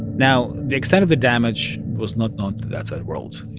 now, the extent of the damage was not known to the outside world.